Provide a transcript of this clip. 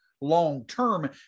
long-term